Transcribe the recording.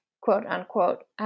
quote-unquote